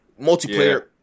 Multiplayer